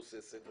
מבוססת.